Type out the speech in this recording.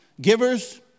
Givers